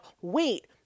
wait